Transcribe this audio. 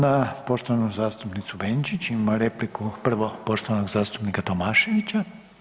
Na poštovanu zastupnicu Benčić ima repliku prvo poštovanog zastupnika Tomaševića.